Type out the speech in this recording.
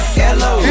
hello